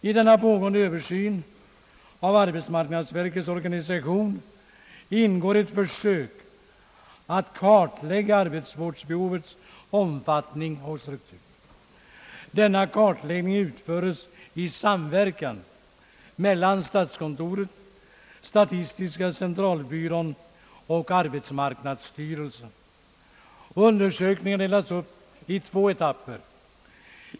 I den pågående översynen av arbetsmarknadsverkets organisation ingår ett försök att kartlägga arbetsvårdsbehovets omfattning och struktur. Denna kartläggning utförs i samverkan mellan statskontoret, statistiska centralbyrån och arbetsmarknadsstyrelsen. Undersökningen delas upp i två etapper.